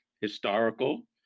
historical